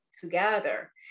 together